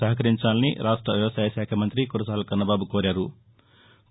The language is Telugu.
సహకరించాలని రాష్ట వ్యవసాయ శాఖ మంతి కురసాల కన్నబాబు కోరారు